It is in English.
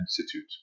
Institute